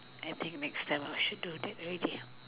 I think next time I should do that already